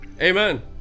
Amen